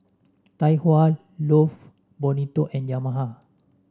Tai Hua Love Bonito and Yamaha